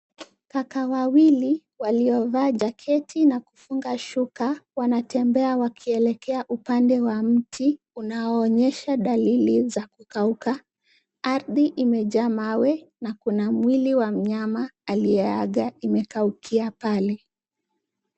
Kaka wawili waliovaa jacket na kufunga shuka wanatembea wakielekea upande wa mti unaonyesha dalili za kukauka, ardhi imejaa mawe na kuna mwili wa mnyama aliyeaga umekaukia pale.